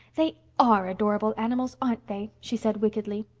they are adorable animals, aren't they? she said wickedly.